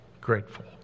grateful